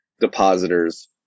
depositors